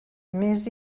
més